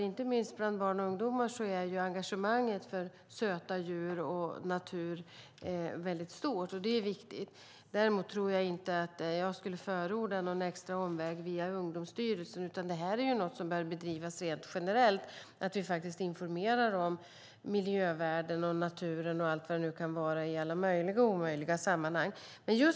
Inte minst bland barn och ungdomar är engagemanget för söta djur och natur stort, och det är viktigt. Jag förordar dock ingen extra omväg via Ungdomsstyrelsen, utan detta bör bedrivas rent generellt så att vi informerar om miljövärden och naturen i alla möjliga och omöjliga sammanhang.